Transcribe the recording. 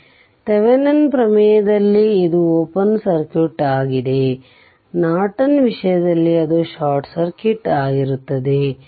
ಆದ್ದರಿಂದ ಥೆವೆನಿನ್ ಪ್ರಮೇಯದಲ್ಲಿ ಇದು ಓಪನ್ ಸರ್ಕ್ಯೂಟ್ ಆಗಿದೆ ನಾರ್ಟನ್ನ ವಿಷಯದಲ್ಲಿ ಅದು ಶಾರ್ಟ್ ಸರ್ಕ್ಯೂಟ್ ಆಗಿರುತ್ತದೆ